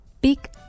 big